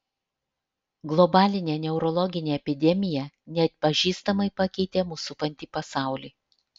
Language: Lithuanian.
globalinė neurologinė epidemija neatpažįstamai pakeitė mus supantį pasaulį